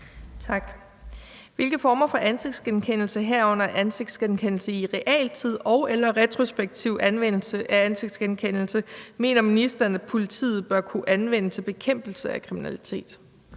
Tak. Hvilke former for ansigtsgenkendelse, herunder ansigtsgenkendelse i realtid og/eller retrospektiv anvendelse af ansigtsgenkendelse, mener ministeren at politiet bør kunne anvende til bekæmpelse af kriminalitet?